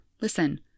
Listen